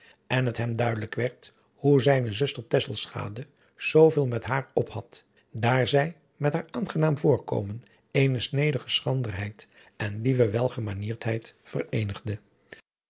en het hem duidelijk werd hoe zijne zuster tesselschade zooveel met haar op had daar zij met haar aangenaam voorkomen eene snedige schranderheid en lieve welgemanierdheid vereenigde